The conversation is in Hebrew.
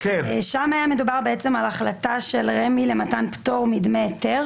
היה מדובר על החלטה של רמ"י למתן פטור מדמי היתר